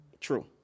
True